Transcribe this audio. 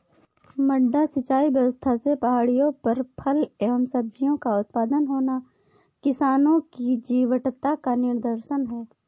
मड्डा सिंचाई व्यवस्था से पहाड़ियों पर फल एवं सब्जियों का उत्पादन होना किसानों की जीवटता का निदर्शन है